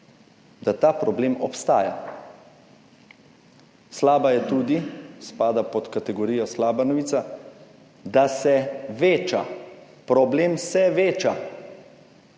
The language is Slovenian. da ta problem obstaja. Slaba je tudi, spada pod kategorijo slaba novica, da se veča. Problem se veča.